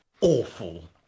awful